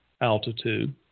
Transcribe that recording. altitude